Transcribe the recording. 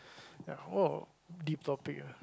!wow! deep topic ah